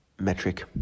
metric